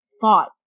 thought